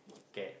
get